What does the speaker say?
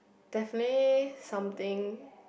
definitely something